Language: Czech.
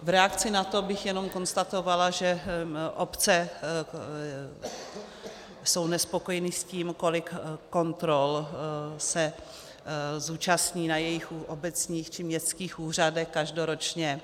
V reakci na to bych jen konstatovala, že obce jsou nespokojeny s tím, kolik kontrol se účastní na jejich obecních či městských úřadech každoročně.